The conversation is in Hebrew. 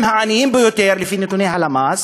הם העניים ביותר לפי נתוני הלמ"ס.